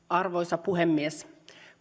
arvoisa puhemies